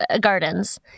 gardens